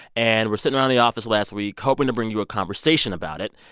and we're sitting around the office last week hoping to bring you a conversation about it,